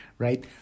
Right